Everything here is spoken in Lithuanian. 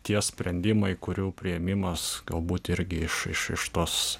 tie sprendimai kurių priėmimas galbūt irgi iš iš iš tos